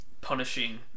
punishing